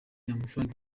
amafaranga